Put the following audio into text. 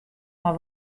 mar